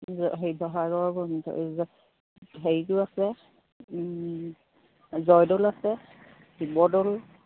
শিৱসাগৰ হেৰিটো আছে জয়দৌল আছে শিৱদৌল